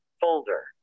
Folder